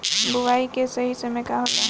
बुआई के सही समय का होला?